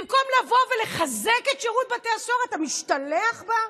במקום לבוא ולחזק את שירות בתי הסוהר אתה משתלח בה?